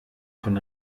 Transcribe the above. von